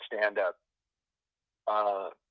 stand-up